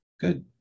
Good